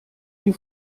you